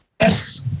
Yes